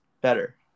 better